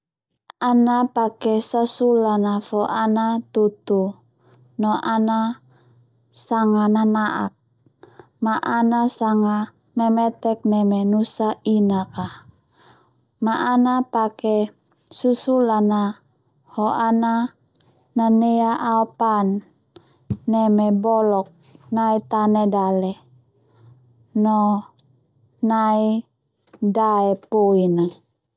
Ana pake sasulan fo ana tutu no ana sanga nana'ak ma ana sanga memetek neme nusa inak a, ma ana pake sasulan ho ana nanea aopan neme bolok nai tane dale no nai dae poin a.